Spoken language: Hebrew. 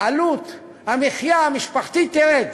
המחיה המשפחתית תרד.